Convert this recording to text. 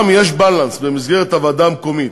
גם יש בלנס במסגרת הוועדה המקומית,